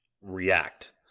react